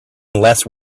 unless